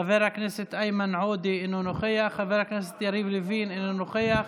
חבר הכנסת איימן עודה, אינו נוכח,